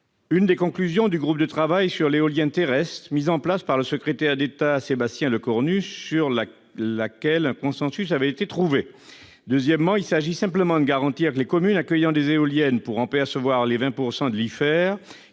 l'une des conclusions du groupe de travail sur l'éolien terrestre mis en place par Sébastien Lecornu lorsqu'il était secrétaire d'État, et sur laquelle un consensus avait été trouvé. Deuxièmement, il s'agit simplement de garantir que les communes accueillant des éoliennes pourront percevoir 20 % de l'IFER,